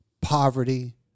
poverty